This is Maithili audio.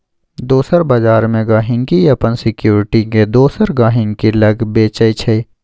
दोसर बजार मे गांहिकी अपन सिक्युरिटी केँ दोसर गहिंकी लग बेचय छै